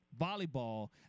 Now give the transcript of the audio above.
volleyball